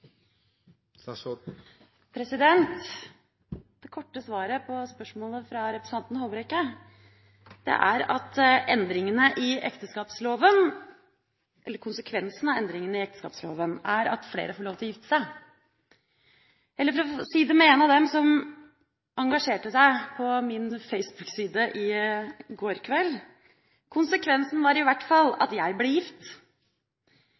at konsekvensen av endringene i ekteskapsloven er at flere får lov til å gifte seg. Eller for å si det som en av dem som engasjerte seg på min Facebook-side i går kveld: Konsekvensen var i hvert fall